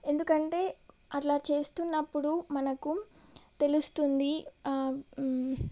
ఎందుకంటే అలా చేస్తున్నప్పుడు మనకు తెలుస్తుంది